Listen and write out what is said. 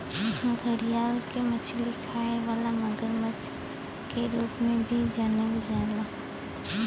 घड़ियाल के मछली खाए वाला मगरमच्छ के रूप में भी जानल जाला